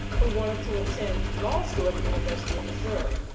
who wanted to attend law school at the university of missouri.